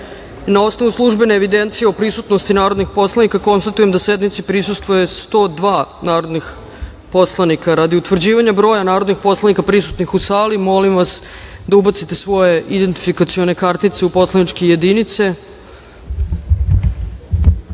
osnovu službene evidencije o prisutnosti narodnih poslanika, konstatujem da sednici prisustvuje 102 narodna poslanika. Radi utvrđivanja broja narodnih poslanika prisutnih u sali, molim vas da ubacite svoje identifikacione kartice u poslaničke